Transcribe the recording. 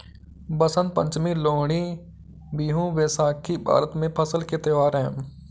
बसंत पंचमी, लोहड़ी, बिहू, बैसाखी भारत में फसल के त्योहार हैं